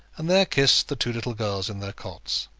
and there kissed the two little girls in their cots.